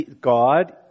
God